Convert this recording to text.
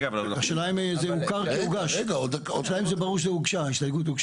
השאלה אם ברור שהוגשה הסתייגות.